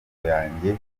yanjye